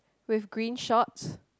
with green shorts